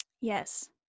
Yes